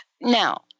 Now